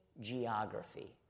geography